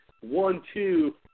one-two